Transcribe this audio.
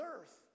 earth